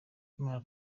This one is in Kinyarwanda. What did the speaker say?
nkimara